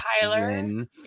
Tyler